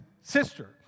sister